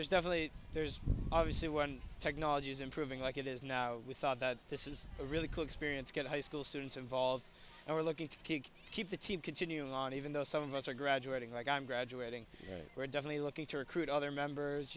there's definitely there's obviously one technology is improving like it is now we thought that this is a really cool experience good high school students involved and we're looking to kick keep the team continuing on even though some of us are graduating and i'm graduating we're definitely looking to recruit other members